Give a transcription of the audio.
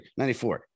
94